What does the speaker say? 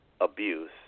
abuse